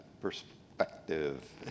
perspective